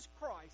Christ